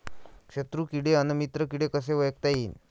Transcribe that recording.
शत्रु किडे अन मित्र किडे कसे ओळखता येईन?